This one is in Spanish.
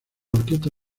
orquesta